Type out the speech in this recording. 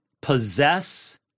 possess